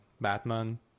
Batman